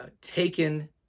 taken